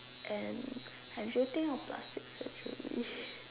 and have you think of plastic surgery